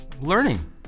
learning